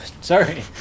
Sorry